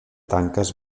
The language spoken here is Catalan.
tanques